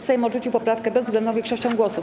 Sejm odrzucił poprawkę bezwzględną większością głosów.